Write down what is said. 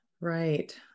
right